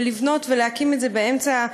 ולבנות ולהקים את זה באמצע,